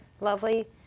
lovely